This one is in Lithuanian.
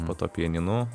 po to pianinu